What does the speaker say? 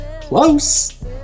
close